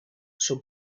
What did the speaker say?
són